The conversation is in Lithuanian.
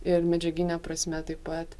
ir medžiagine prasme taip pat